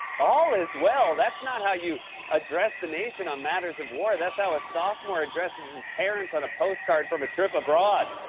all is well? that's not how you address the nation on matters of war. that's how a sophomore addresses his parents on a postcard from a trip abroad.